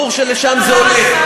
ברור שלשם זה הולך.